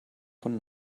von